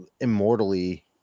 immortally